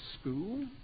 School